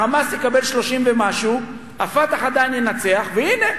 ה"חמאס" יקבל 30 ומשהו, ה"פתח" עדיין ינצח, והנה,